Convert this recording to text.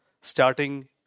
starting